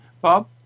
Bob